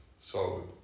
solid